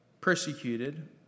persecuted